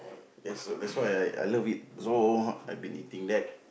that's why I love it so I have been eating that